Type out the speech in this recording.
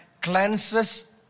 cleanses